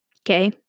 Okay